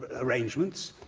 arrangements,